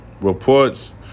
reports